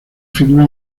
figura